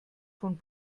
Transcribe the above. von